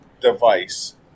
device